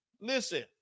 Listen